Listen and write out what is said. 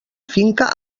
finca